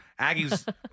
Aggies